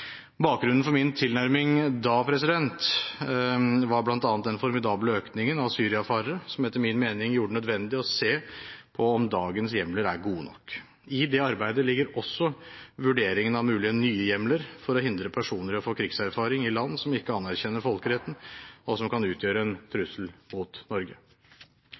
Bakgrunnen for min tilnærming da var bl.a. den formidable økningen av syriafarere som etter min mening gjorde det nødvendig å se på om dagens hjemler er gode nok. I det arbeidet ligger også vurderingen av mulige nye hjemler for å hindre personer i å få krigserfaring i land som ikke anerkjenner folkeretten, og som kan utgjøre en trussel mot Norge.